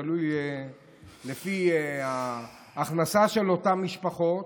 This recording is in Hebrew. תלוי לפי ההכנסה של אותן משפחות,